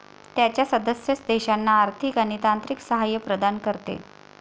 त्याच्या सदस्य देशांना आर्थिक आणि तांत्रिक सहाय्य प्रदान करते